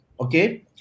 Okay